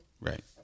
Right